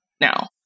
now